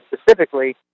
specifically